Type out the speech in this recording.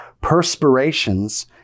perspirations